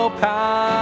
power